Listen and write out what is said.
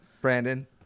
Brandon